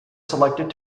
selected